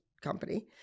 company